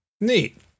Neat